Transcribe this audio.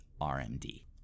RMD